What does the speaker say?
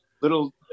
little